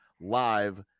live